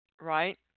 Right